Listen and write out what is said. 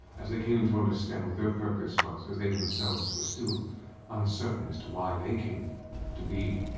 as they came and to understand what their purpose was, as they themselves were still uncertain as to why they came to be,